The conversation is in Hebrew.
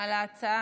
ההצעה